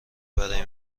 برای